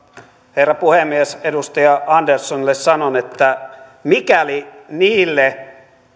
herra puhemies edustaja anderssonille sanon että mikäli niille